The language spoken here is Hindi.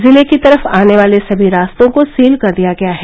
जिले की तरफ आने वाले सभी रास्तों को सील कर दिया गया है